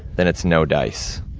then it's no dice.